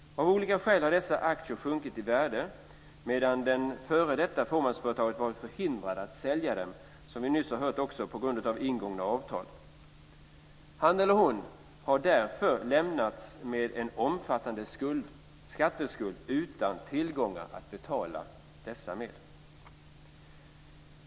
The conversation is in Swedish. Av olika skäl har dessa aktier sjunkit i värde medan den f.d. fåmansföretagaren varit förhindrad att sälja dem - som vi nyss har hört - på grund av ingångna avtal. Han eller hon har därför lämnats med en omfattande skatteskuld utan tillgångar att betala den med.